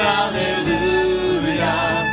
Hallelujah